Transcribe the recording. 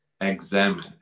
examine